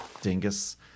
dingus